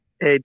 Hey